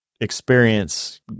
experience